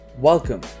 Welcome